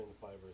fibers